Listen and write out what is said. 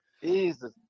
Jesus